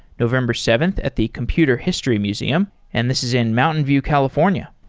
november seventh at the computer history museum, and this is in mountain view, california.